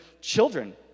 children